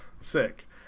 Sick